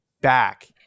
back